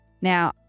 Now